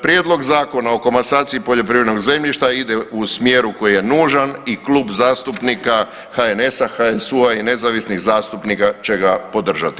Prijedlog Zakona o komasaciji poljoprivrednog zemljišta ide u smjeru koji je nužan i Klub zastupnika HNS-a, HSU-a i nezavisnih zastupnika će ga podržati.